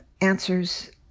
answers